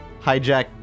Hijack